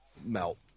melt